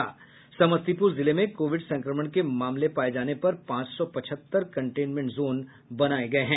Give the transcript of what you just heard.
समस्तीपुर जिले में कोविड संक्रमण के मामले पाये जाने पर पांच सौ पचहत्तर कंटेनमेंट जोन बनाये गये हैं